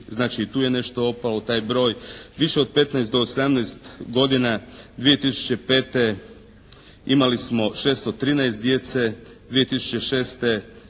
znači i tu je nešto opalo. Taj broj. Više od 15 do 18 godina 2005. imali smo 613 djece, 2006.